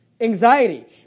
anxiety